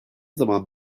zaman